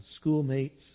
schoolmates